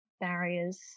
barriers